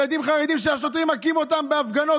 ילדים חרדים שהשוטרים מכים אותם בהפגנות,